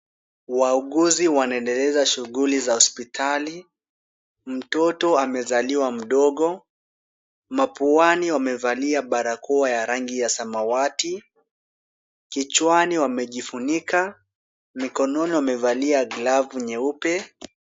Wauguzi wanaendeleza shughuli za hospitali. Mtoto amezaliwa mdogo. Mapuani wamevalia barakoa ya rangi ya samawati. Kichwani wamejifunika. Mikononi wamevalia glavu nyeupe.